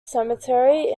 cemetery